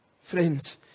Friends